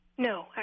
No